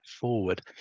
forward